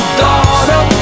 daughter